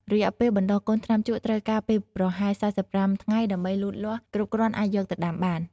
រយៈពេលបណ្ដុះ កូនថ្នាំជក់ត្រូវការពេលប្រហែល ៤៥ ថ្ងៃដើម្បីលូតលាស់គ្រប់គ្រាន់អាចយកទៅដាំបាន។